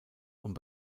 und